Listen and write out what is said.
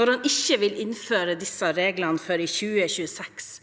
når han ikke vil innføre disse reglene før i 2026